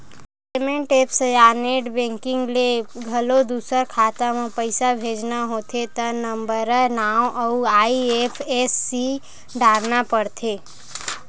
payment apps या net banking ले घलो दूसर खाता म पइसा भेजना होथे त नंबरए नांव अउ आई.एफ.एस.सी डारना परथे